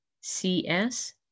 CS